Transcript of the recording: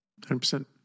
100